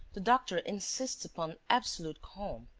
the doctor insists upon absolute calm.